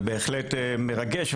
זה בהחלט מרגש.